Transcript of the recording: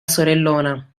sorellona